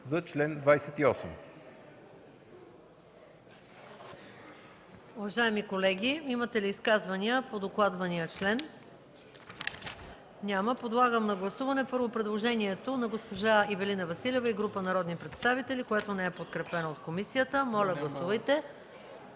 за чл. 28.